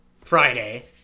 Friday